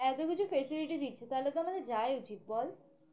এত কিছু ফেসিলিটি দিচ্ছে তাহলে তো আমাদের যাই উচিত বল